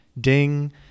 ding